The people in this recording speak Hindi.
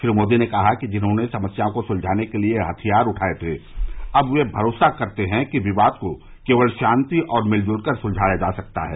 श्री मोदी ने कहा कि जिन्होंने समस्याओं को सुलझाने के लिए हथियार उठाए थे अब वे भरोसा करते हैं कि विवाद को केवल शांति और मिलकर सुलझाया जा सकता है